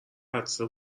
عطسه